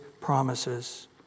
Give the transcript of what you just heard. promises